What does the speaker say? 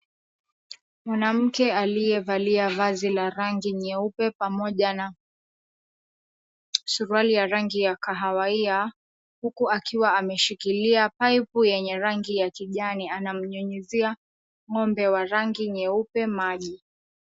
Mwanamke aliyevalia vazi la rangi nyeupe pamoja na suruali ya rangi ya kahawia huku akiwa ameshikilia pipe yenye rangi ya kijani anamnyunyizia ng'ombe wa rangi nyeupe maji.